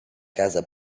casa